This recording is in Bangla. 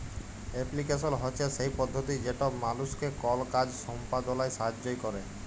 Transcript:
এপ্লিক্যাশল হছে সেই পদ্ধতি যেট মালুসকে কল কাজ সম্পাদলায় সাহাইয্য ক্যরে